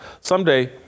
Someday